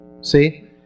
See